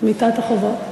שמיטת החובות.